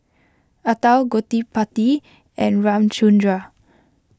Atal Gottipati and Ramchundra